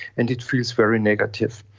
and it feels very negative.